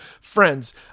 friends